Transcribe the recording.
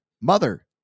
Mother